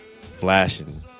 flashing